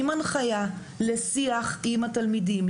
עם הנחיה לשיח עם התלמידים.